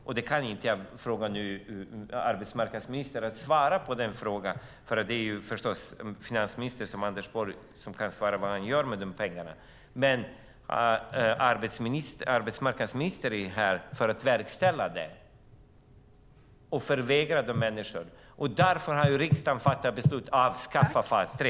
Jag kan inte begära att arbetsmarknadsministern ska svara på vad Anders Borg gör med de pengarna, men arbetsmarknadsministern är här för att verkställa detta och därmed förvägra människorna denna möjlighet. Därför har riksdagen fattat beslut att avskaffa fas 3.